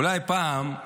אולי פעם,